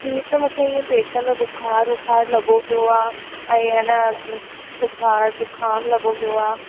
ॿियो त मूंखे इअं पेट में बुख़ारु ज़ुकाम लॻो पयो आहे